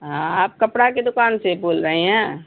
ہاں آپ کپڑا کی دکان سے بول رہی ہیں